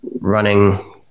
running